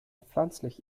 pflanzlich